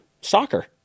soccer